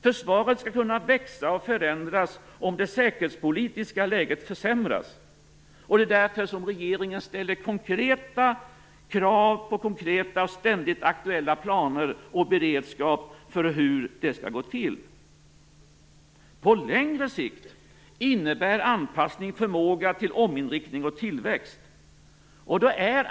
Försvaret skall kunna växa och förändras om det säkerhetspolitiska läget försämras. Det är därför som regeringen ställer konkreta krav på konkreta, ständigt aktuella planer och beredskap för hur det skall gå till. På längre sikt innebär anpassning förmåga till ominriktning och tillväxt.